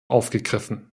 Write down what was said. aufgegriffen